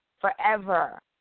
forever